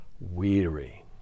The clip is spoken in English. weary